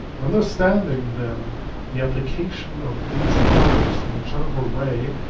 understanding, then, the application of these colors in a general way,